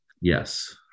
Yes